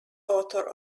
author